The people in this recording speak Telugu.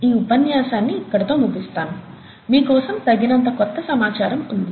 ఈ ఉపన్యాసాన్ని ఇక్కడితో ముగిస్తాను మీ కోసం తగినంత క్రొత్త సమాచారం ఉంది